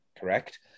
Correct